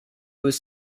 was